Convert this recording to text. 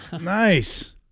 Nice